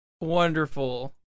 Wonderful